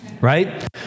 right